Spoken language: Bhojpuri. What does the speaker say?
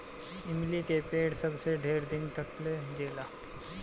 इमली के पेड़ सबसे ढेर दिन तकले जिएला